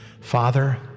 Father